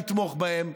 לתמוך בהם,